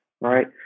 right